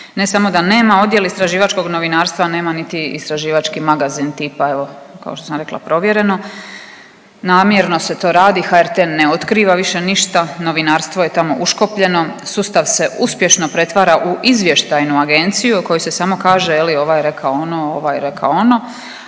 Ne samo da nema odjel istraživačkog novinarstva, nema niti istraživački magazin tipa evo kao što sam rekla provjereno. Namjerno se to radi. HRT ne otkriva više ništa, novinarstvo je tamo uškopljeno. Sustav se uspješno pretvara u izvještajnu agenciju u kojoj se samo kaže je li ovaj je rekao ono, ovaj je rekao ono,